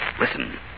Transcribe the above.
Listen